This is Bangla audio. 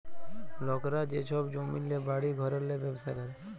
লকরা যে ছব জমিল্লে, বাড়ি ঘরেল্লে ব্যবছা ক্যরে